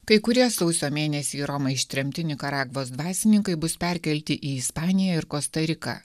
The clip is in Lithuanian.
kai kurie sausio mėnesį į romą ištremti nikaragvos dvasininkai bus perkelti į ispaniją ir kosta riką